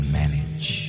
manage